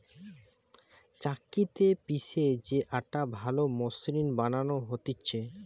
চাক্কিতে পিষে যে আটা ভালো মসৃণ বানানো হতিছে